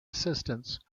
assistance